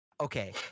Okay